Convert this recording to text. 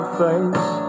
face